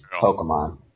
Pokemon